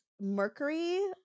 Mercury